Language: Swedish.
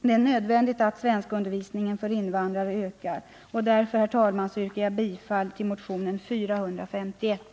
Det är nödvändigt att svenskundervisningen för invandrare ökar, och därför, herr talman, yrkar jag bifall till motionen 451.